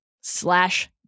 slash